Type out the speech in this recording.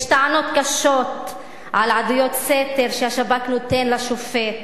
יש טענות קשות על עדויות סתר שהשב"כ נותן לשופט,